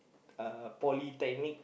uh Polytechnic